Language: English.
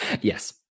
Yes